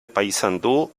paysandú